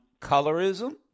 colorism